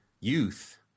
youth